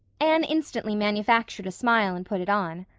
anne instantly manufactured a smile and put it on.